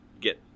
get